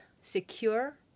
secure